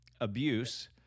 abuse